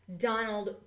Donald